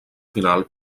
final